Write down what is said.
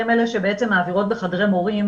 הן אלה שמעבירות בחדרי מורים,